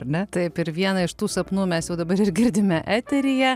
taip ir vieną iš tų sapnų mes jau dabar ir girdime eteryje